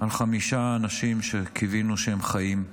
על חמישה אנשים שקיווינו שהם חיים.